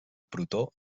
protó